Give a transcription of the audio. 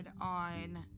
on